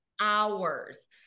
hours